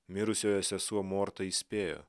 mirusiojo sesuo morta įspėjo